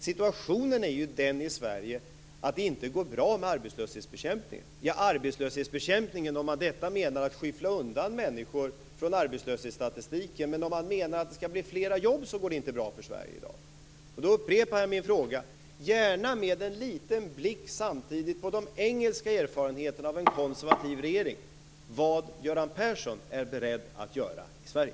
Situationen i Sverige är ju den att det inte går bra med arbetslöshetsbekämpningen, om man därmed inte menar att skyffla undan människor från arbetslöshetsstatistiken. Men om man menar att det skall bli fler jobb, går det inte bra för Sverige i dag. Därför upprepar jag min fråga, samtidigt gärna med en liten blick på de engelska erfarenheterna av en konservativ regering: Vad är Göran Persson beredd att göra i Sverige?